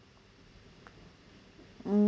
mm